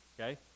okay